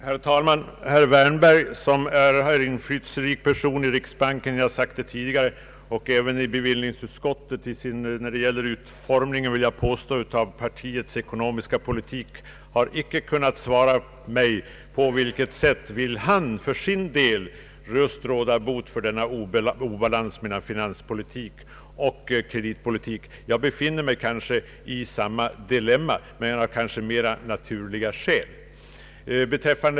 Herr talman! Herr Wärnberg som är en inflytelserik person i riksbanken — som jag nyss sade — och även i bevillningsutskottet när det gäller utformningen av partiets ekonomiska politik har inte kunnat svara mig på vilket sätt han för sin del vill råda bot på denna obalans mellan finansoch kreditpoli tik. Jag befinner mig i samma dilemma men kanske av mera naturliga skäl.